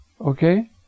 okay